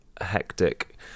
hectic